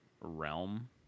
realm